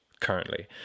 currently